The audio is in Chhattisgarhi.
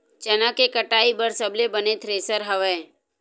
चना के कटाई बर सबले बने थ्रेसर हवय?